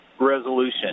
resolution